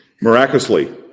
miraculously